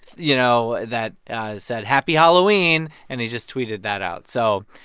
you know, that said, happy halloween. and he just tweeted that out. so,